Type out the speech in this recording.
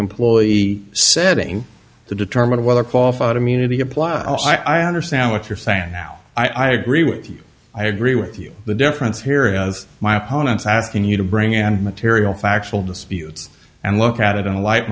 employee setting to determine whether qualified immunity apply i understand what you're saying now i agree with you i agree with you the difference here as my opponents asking you to bring and material factual disputes and look at it in